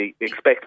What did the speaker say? expect